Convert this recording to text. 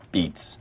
Beats